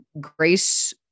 grace